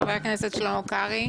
ח"כ שלמה קרעי.